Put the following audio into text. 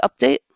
Update